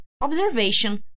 observation